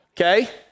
okay